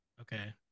okay